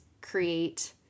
create